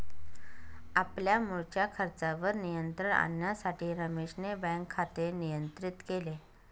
आपल्या मुळच्या खर्चावर नियंत्रण आणण्यासाठी रमेशने बँक खाते नियंत्रित केले